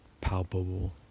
palpable